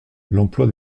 l’emploi